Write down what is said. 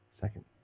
second